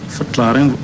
verklaring